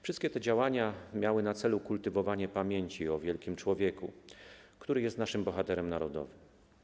Wszystkie te działania miały na celu kultywowanie pamięci o wielkim człowieku, który jest naszym bohaterem narodowym.